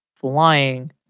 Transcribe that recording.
flying